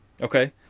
okay